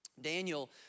Daniel